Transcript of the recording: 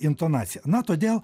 intonaciją na todėl